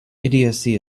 idiocy